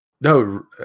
No